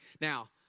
Now